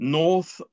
north